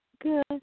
Good